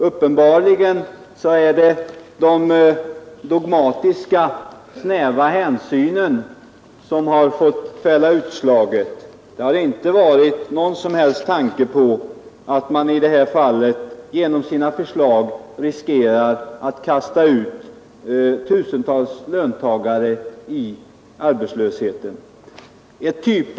Uppenbarligen är det de snäva, dogmatiska hänsynen som har fått fälla utslaget för vpk. Man har inte haft någon som helst tanke på att man i det här fallet genom sina förslag riskerar att kasta ut tusentals löntagare i arbetslöshet.